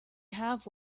have